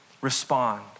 Respond